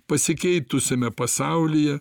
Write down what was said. pasikeitusiame pasaulyje